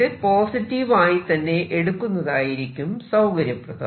ഇത് പോസിറ്റീവ് ആയി തന്നെ എടുക്കുന്നതായിരിക്കും സൌകര്യപ്രദം